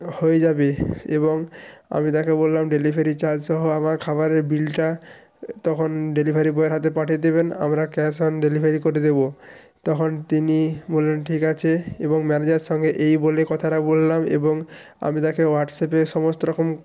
হয়ে যাবে এবং আমি তাকে বললাম ডেলিভারি চার্জসহ আমার খাবারের বিলটা তখন ডেলিভারি বয়ের হাতে পাঠিয়ে দেবেন আমরা ক্যাশ অন ডেলিভারি করে দেব তখন তিনি বললেন ঠিক আছে এবং ম্যানেজার সঙ্গে এই বলে কথাটা বললাম এবং আমি তাকে হোয়াটস্যাপে সমস্ত রকম